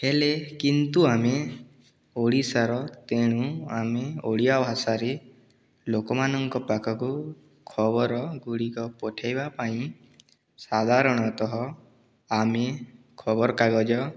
ହେଲେ କିନ୍ତୁ ଆମେ ଓଡ଼ିଶାର ତେଣୁ ଆମେ ଓଡ଼ିଆ ଭାଷାରେ ଲୋକମାନଙ୍କ ପାଖକୁ ଖବର ଗୁଡ଼ିକ ପଠେଇବା ପାଇଁ ସାଧାରଣତଃ ଆମେ ଖବରକାଗଜ